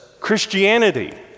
Christianity